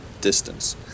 distance